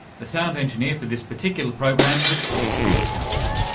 the sound engineer for this particular program was steve fieldhouse,